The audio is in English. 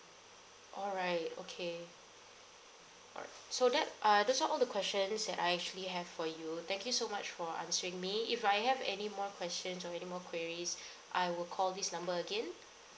all right okay right so that uh that's all all the questions that I actually have for you thank you so much for answering me if I have any more questions or any more queries I will call this number again